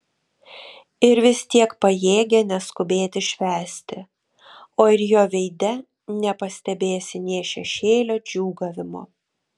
ir vis tiek pajėgia neskubėti švęsti o ir jo veide nepastebėsi nė šešėlio džiūgavimo